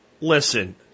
Listen